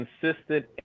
consistent